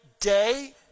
day